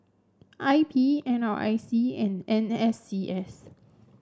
I P N R I C and N S C S